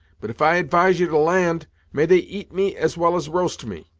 but if i advise you to land may they eat me as well as roast me.